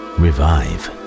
revive